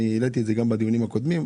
העליתי את זה גם בדיונים הקודמים,